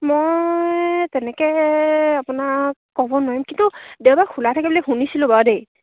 মই তেনেকৈ আপোনাক ক'ব নোৱাৰিম কিন্তু দেওবাৰে খোলা থাকে বুলি শুনিছিলোঁ বাৰু দেই